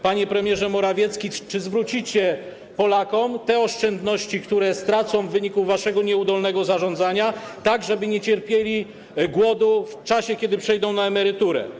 Panie premierze Morawiecki, czy zwrócicie Polakom te oszczędności, które stracą w wyniku waszego nieudolnego zarządzania, żeby nie cierpieli głodu, kiedy przejdą na emeryturę?